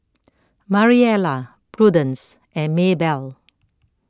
Mariela Prudence and Maybell